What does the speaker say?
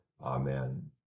Amen